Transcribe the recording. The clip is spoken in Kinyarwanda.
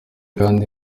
kandi